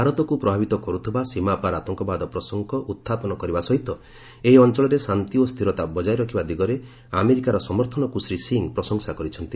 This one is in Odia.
ଭାରତକୁ ପ୍ରଭାବିତ କରୁଥିବା ସୀମାପାର ଆତଙ୍କବାଦ ପ୍ରସଙ୍ଗ ଉତ୍ଥାପନ କରିବା ସହିତ ଏହି ଅଞ୍ଚଳରେ ଶାନ୍ତି ଓ ସ୍ଥିରତା ବଜାୟ ରଖିବା ଦିଗରେ ଆମେରିକାର ସମର୍ଥନକୁ ଶ୍ରୀ ସିଂ ପ୍ରଶଂସା କରିଛନ୍ତି